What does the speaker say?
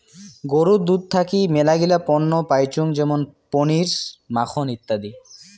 গরুর দুধ থাকি মেলাগিলা পণ্য পাইচুঙ যেমন পনির, মাখন ইত্যাদি